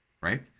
right